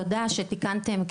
תודה שתיקנתם,